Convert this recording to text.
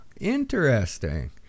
interesting